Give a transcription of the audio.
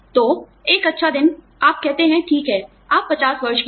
तो एक अच्छा दिन आप कहते हैं ठीक है आप 50 वर्ष के हैं